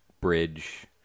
bridge